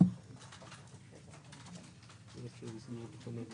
שמי מאיר ארנפרויד,